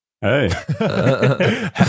Hey